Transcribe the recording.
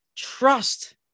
trust